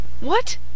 What